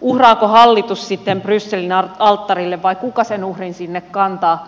uhraako hallitus sitten brysselin alttarille vai kuka sen uhrin sinne kantaa